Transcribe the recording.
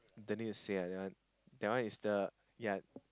don't need to say ah that one that one is the ya